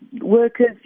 workers